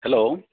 hello